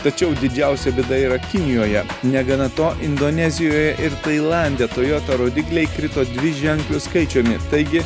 tačiau didžiausia bėda yra kinijoje negana to indonezijoje ir tailande toyota rodikliai krito dviženkliu skaičiumi taigi